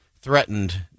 threatened